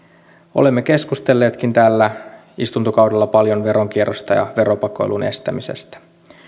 olemme keskustelleetkin tällä istuntokaudella paljon veronkierrosta ja veropakoilun estämisestä